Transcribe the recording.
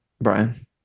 Brian